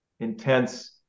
intense